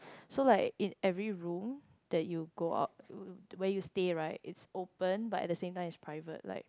so like in every room that you go out where you stay right it's open but at the same time it's private like